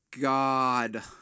God